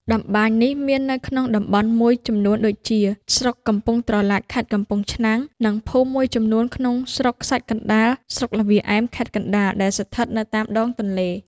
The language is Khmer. តម្បាញនេះមាននៅក្នុងតំបន់មួយចំនួនដូចជា ស្រុកកំពង់ត្រឡាចខេត្តកំពង់ឆ្នាំង និងភូមិមួយចំនួនក្នុងស្រុកខ្សាច់កណ្តាល ស្រុកល្វាឯម ខេត្តកណ្តាល ដែលស្ថិតនៅតាមដងទន្លេ ។